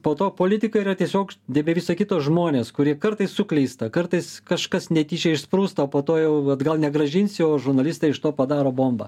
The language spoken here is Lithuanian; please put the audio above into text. po to politika yra tiesiog ne be viso kito žmonės kurie kartais suklysta kartais kažkas netyčia išsprūsta o po to jau atgal negrąžinsi o žurnalistai iš to padaro bombą